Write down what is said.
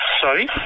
Sorry